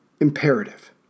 imperative